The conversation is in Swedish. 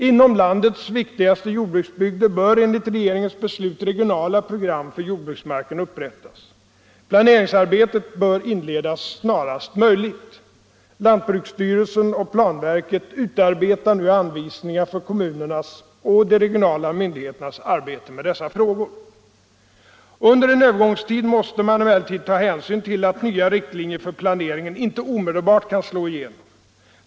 Inom landets viktigaste jordbruksbygder bör enligt regeringens beslut regionala program för jordbruksmarken upprättas. Planeringsarbetet bör inledas snarast möjligt. Lantbruksstyrelsen och planverket utarbetar nu anvisningar för kommunernas och de regionala myndigheternas arbete med dessa frågor. Under en övergångstid måste man emellertid ta hänsyn till att nya riktlinjer för planeringen inte omedelbart kan slå igenom.